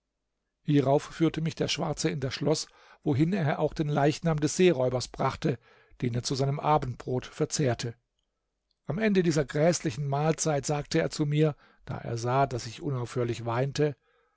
hierauf führte mich der schwarze in das schloß wohin er auch den leichnam des seeräubers brachte den er zu seinem abendbrot verzehrte am ende dieser gräßlichen mahlzeit sagte er zu mir da er sah daß ich unaufhörlich weinte